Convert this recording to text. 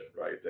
right